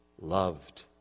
loved